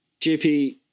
JP